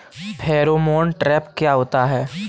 Pheromone trap क्या होता है?